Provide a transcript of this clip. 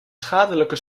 schadelijke